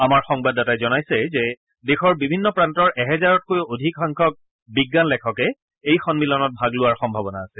আমাৰ সংবাদদাতাই জনাইছে যে দেশৰ বিভিন্ন প্ৰান্তৰ এহাজাৰতকৈও অধিক বিজ্ঞান লেখকে এই সম্মিলনত ভাগ লোৱাৰ সম্ভাৱনা আছে